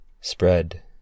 spread